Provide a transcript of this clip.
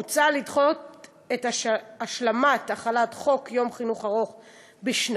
מוצע לדחות את השלמת החלת חוק יום חינוך ארוך בשנתיים,